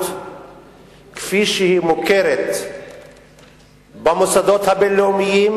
כפי שהיא מוכרת במוסדות הבין-לאומיים,